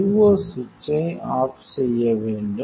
IO சுவிட்சை off செய்ய வேண்டும்